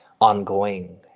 ongoing